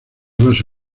base